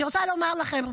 ואני רוצה לומר לכם,